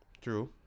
True